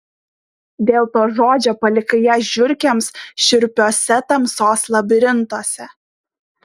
dėl to žodžio palikai ją žiurkėms šiurpiuose tamsos labirintuose